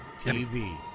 TV